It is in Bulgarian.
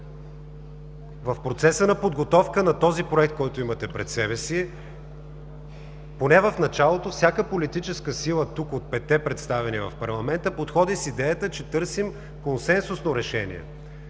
В процеса на подготовка на този Проект, който имате пред себе си, поне в началото, всяка политическа сила тук от петте представени в парламента подходи с идеята, че търсим консенсусно решение.